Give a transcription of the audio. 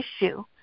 issue